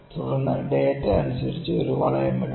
തുടർന്ന് ഡാറ്റ അനുസരിച്ച് ഒരു വളയം ഇടുന്നു